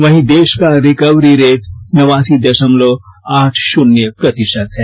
वहीं दे ा का रिकवरी रेट नवासी द ामलव आठ भाून्य प्रति ात है